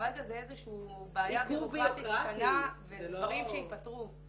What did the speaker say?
כרגע זה איזושהי בעיה בירוקראטית קטנה ואלה דברים שיפתרו.